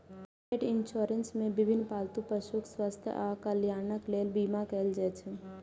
पेट इंश्योरेंस मे विभिन्न पालतू पशुक स्वास्थ्य आ कल्याणक लेल बीमा कैल जाइ छै